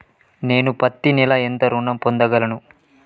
నేను పత్తి నెల ఎంత ఋణం పొందగలను?